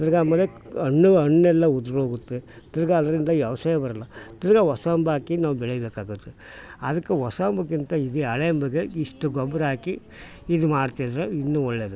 ತಿರ್ಗಿ ಆಮೇಲೆ ಹಣ್ಣು ಹಣ್ಣೆಲ್ಲ ಉದುರೋಗುತ್ತೆ ತಿರ್ಗಿ ಅದರಿಂದ ವ್ಯವ್ಸಾಯ ಬರೋಲ್ಲ ತಿರ್ಗಿ ಹೊಸ ಅಂಬು ಹಾಕಿ ನಾವು ಬೆಳೀಬೇಕಾಗುತ್ತೆ ಅದಕ್ಕೆ ಹೊಸ ಅಂಬ್ಗಿಂತ ಇದು ಹಳೆ ಅಂಬಿಗೆ ಇಷ್ಟು ಗೊಬ್ಬರ ಹಾಕಿ ಇದು ಮಾಡ್ತಿದ್ರೆ ಇನ್ನೂ ಒಳ್ಳೆಯದು